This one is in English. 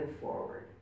forward